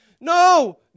No